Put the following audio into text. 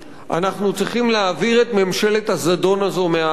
אנחנו צריכים להעביר את ממשלת הזדון הזו מן הארץ,